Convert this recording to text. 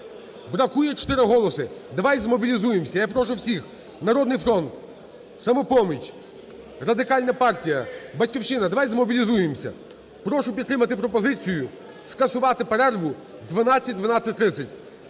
Бракує 4 голоси. Давайте змобілізуємося. Я прошу всіх, "Народний фронт", "Самопоміч", Радикальна партія, "Батьківщина", давайте змобілізуємося. Прошу підтримати пропозицію скасувати перерву 12:00-12:30.